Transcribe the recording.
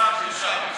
נרשם, נרשם.